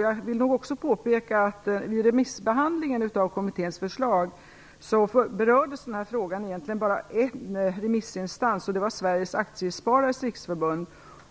Jag vill nog också påpeka att den här frågan, vid remissbehandlingen av kommitténs förslag, egentligen bara berördes av en remissinstans och det var Sveriges Aktiesparares Riksförbund.